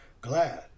Glad